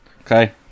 Okay